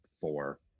four